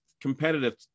competitive